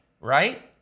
right